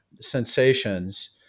sensations